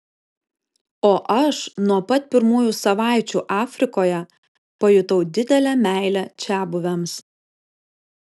o aš nuo pat pirmųjų savaičių afrikoje pajutau didelę meilę čiabuviams